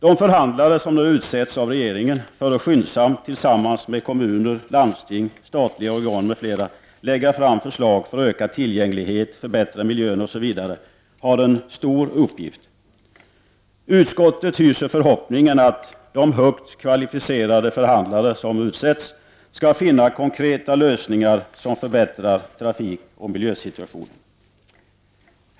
De förhandlare som har utsetts av regeringen för att skyndsamt tillsammans med kommuner, landsting, statliga organ, m.fl. lägga fram förslag för att öka tillgänglighet, förbättra miljön osv. har en stor uppgift. Utskottet hyser förhoppningen att de högt kvalificerade förhandlare som utsetts skall finna konkreta lösningar som förbättrar trafikoch miljösituationen.